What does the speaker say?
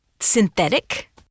synthetic